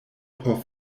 por